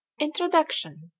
Introduction